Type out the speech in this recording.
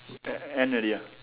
e~ end already ah